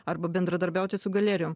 arba bendradarbiauti su galerijom